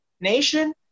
nation